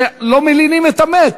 שלא מלינים את המת,